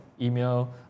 email